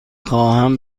خواهم